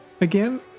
again